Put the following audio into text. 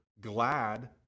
glad